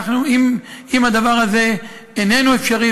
אם הדבר הזה איננו אפשרי,